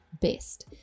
best